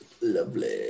Lovely